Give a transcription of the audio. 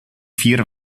vier